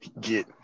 get